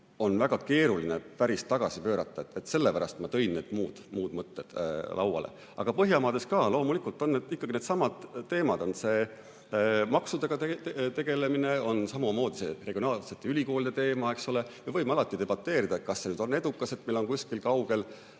on väga keeruline päris tagasi pöörata. Sellepärast ma tõin need muud mõtted esile. Aga Põhjamaades ka loomulikult on ikkagi needsamad teemad, nagu maksudega tegelemine, samamoodi on regionaalsete ülikoolide teema, eks ole, jne. Me võime alati debateerida, kas see on edukas, et meil on kuskil kaugel,